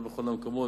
לא בכל המקומות,